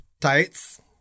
tights